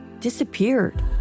disappeared